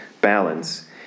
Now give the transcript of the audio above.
balance